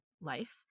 life